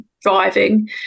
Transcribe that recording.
driving